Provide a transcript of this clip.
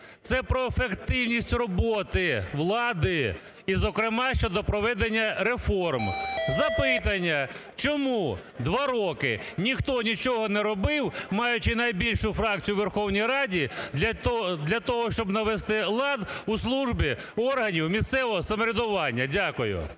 Це про ефективність роботи влади і, зокрема, щодо проведення реформ. Запитання. Чому два роки ніхто нічого не робив, маючи найбільшу фракцію у Верховній Раді, для того, щоб навести лад у службі органів місцевого самоврядування? Дякую.